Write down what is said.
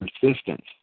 persistence